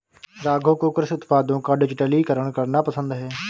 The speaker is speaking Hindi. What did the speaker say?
राघव को कृषि उत्पादों का डिजिटलीकरण करना पसंद है